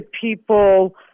people